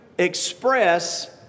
Express